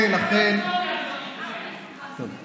אתה מצביע נגד ילדים חרדים כל הזמן.